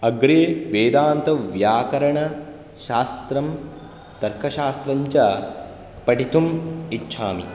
अग्रे वेदान्तव्याकरणशास्त्रं तर्कशास्त्रं च पठितुम् इच्छामि